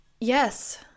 yes